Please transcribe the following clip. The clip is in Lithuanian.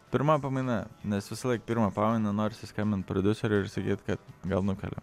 pirma pamaina nes visąlaik pirmą pamainą norisi skambint prodiuseriui ir sakyt kad gal nukeliam